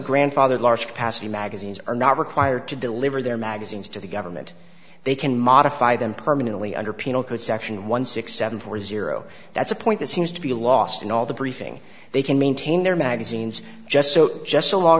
grandfathered large capacity magazines are not required to deliver their magazines to the government they can modify them permanently under penal code section one six seven four zero that's a point that seems to be lost in all the briefing they can maintain their magazines just so just so long